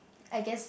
I guess